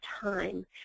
time